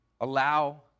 allow